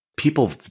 People